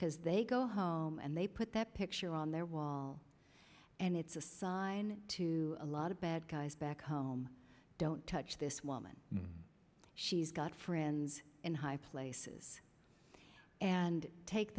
because they go home and they put that picture on their wall and it's a sign to a lot of bad guys back home don't touch this woman she's got friends in high places and take